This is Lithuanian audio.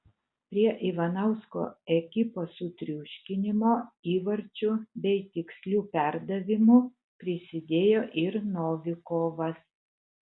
prie ivanausko ekipos sutriuškinimo įvarčiu bei tiksliu perdavimu prisidėjo ir novikovas